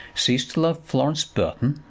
cease to love florence burton!